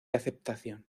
aceptación